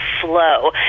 flow